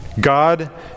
God